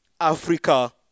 Africa